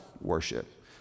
worship